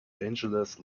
angeles